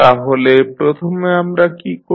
তাহলে প্রথমে আমরা কী করব